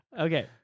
Okay